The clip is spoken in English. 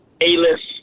A-list